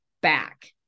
back